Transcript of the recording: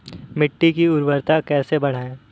मिट्टी की उर्वरता कैसे बढ़ाएँ?